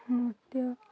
ନୃତ୍ୟ